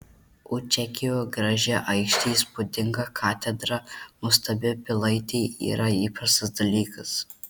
o čekijoje graži aikštė įspūdinga katedra nuostabi pilaitė yra įprastas dalykas